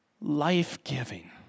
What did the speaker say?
life-giving